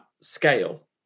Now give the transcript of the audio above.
scale